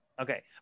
okay